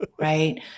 right